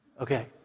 Okay